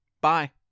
Bye